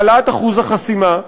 העלאת אחוז החסימה,